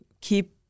keep